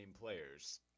players